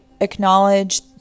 acknowledge